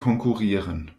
konkurrieren